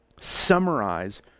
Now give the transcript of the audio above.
summarize